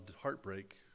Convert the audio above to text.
heartbreak